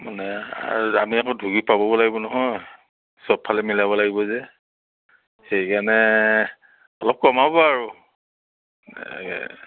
মানে আমি আকৌ ঢুকি পাবগৈয়ো লাগিব নহয় চবফালে মিলাব লাগিব যে সেইকাৰণে অলপ কমাব আৰু